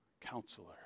Counselor